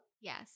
yes